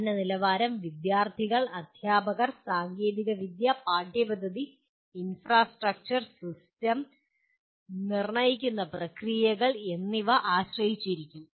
പഠന നിലവാരം വിദ്യാർത്ഥികൾ അധ്യാപകർ സാങ്കേതികവിദ്യ പാഠ്യപദ്ധതി ഇൻഫ്രാസ്ട്രക്ചർ സിസ്റ്റം നിർണ്ണയിക്കുന്ന പ്രക്രിയകൾ എന്നിവ ആശ്രയിച്ചിരിക്കും